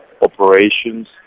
operations